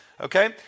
okay